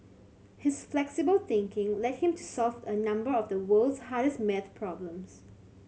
his flexible thinking led him to solve a number of the world's hardest maths problems